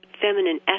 feminine